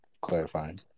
Clarifying